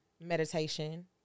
meditation